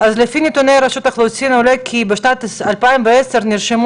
אז לפי נתוני רשות האוכלוסין עולה כי בשנת 2010 נרשמו